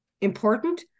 important